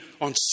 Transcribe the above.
on